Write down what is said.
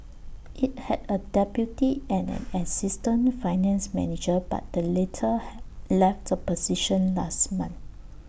IT had A deputy and an assistant finance manager but the latter left the position last month